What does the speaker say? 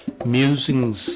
Musings